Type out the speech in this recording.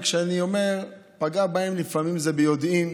וכשאני אומר "פגעה בהם" לפעמים זה ביודעין,